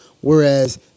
whereas